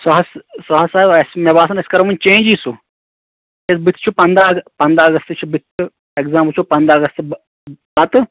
سُہ حظ سُہ حظ اَسہِ مے باسَان أسۍ کَرَو وۄنۍ چینٛجی سُہ کیازِ بُتھِہ چھُ پَندہ اَگست پَندہ اَگست چھُ بُتھِہ تہٕ اِیٚگزام وٕچھو پَندہ اَگست پَتہٕ